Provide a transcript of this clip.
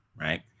right